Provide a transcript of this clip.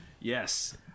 Yes